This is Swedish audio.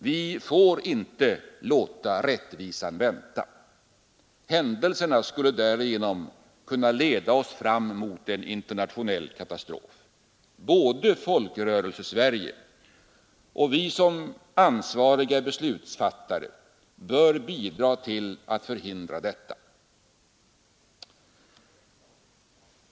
Vi får inte låta rättvisan vänta. Händelserna skulle därigenom kunna leda oss fram mot en internationell katastrof. Både Folkrörelsesverige och vi som ansvariga beslutsfattare bör bidra till att förhindra detta.